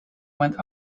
went